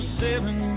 seven